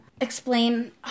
explain